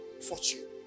fortune